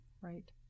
Right